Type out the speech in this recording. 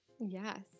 Yes